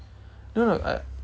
no no I